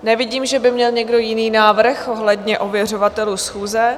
Nevidím, že by měl někdo jiný návrh ohledně ověřovatelů schůze.